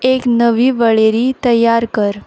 एक नवी वळेरी तयार कर